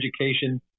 education